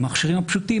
המכשירים הפשוטים,